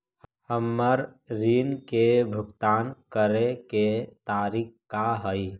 हमर ऋण के भुगतान करे के तारीख का हई?